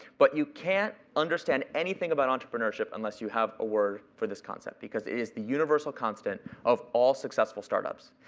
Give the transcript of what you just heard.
but you can't understand anything about entrepreneurship unless you have a word for this concept, because it is the universal constant of all successful startups.